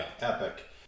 epic